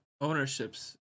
ownerships